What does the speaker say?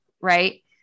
right